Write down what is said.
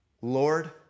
Lord